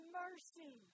mercy